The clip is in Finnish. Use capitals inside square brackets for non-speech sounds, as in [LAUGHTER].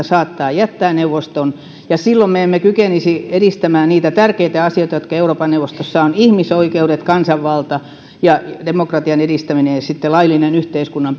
[UNINTELLIGIBLE] saattaa jättää neuvoston ja silloin me emme kykenisi edistämään niitä tärkeitä asioita joita euroopan neuvostossa on ihmisoikeudet kansanvalta ja demokratian edistäminen ja sitten laillinen yhteiskunnan [UNINTELLIGIBLE]